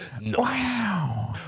Wow